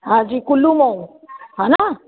हांजी कुल्लू मां हा न